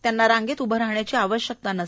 त्यांना रांगेत उभे राहण्याची आवश्यकता नाही